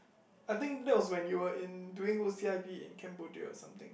I think that was when you were in doing O_C_I_P in Cambodia or something